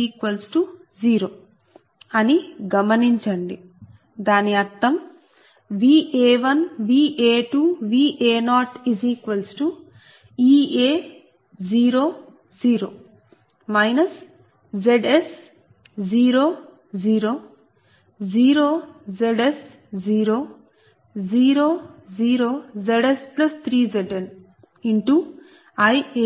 Ea1EaEa2Ea00 అని గమనించండి దాని అర్థం Va1 Va2 Va0 Ea 0 0 Zs 0 0 0 Zs 0 0 0 Zs3Zn